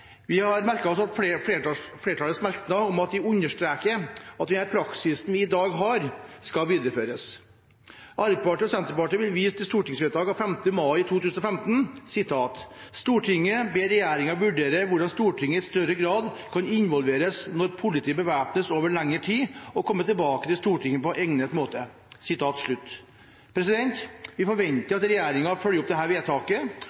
Vi har merket oss flertallets merknad om at de understreker at den praksisen vi i dag har, skal videreføres. Arbeiderpartiet og Senterpartiet vil vise til stortingsvedtak av 5. mai 2015: «Stortinget ber regjeringen vurdere hvordan Stortinget i større grad kan involveres når politiet bevæpnes over lengre tid, og komme tilbake til Stortinget på egnet måte.» Vi forventer at regjeringen følger opp dette vedtaket